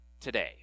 today